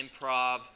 improv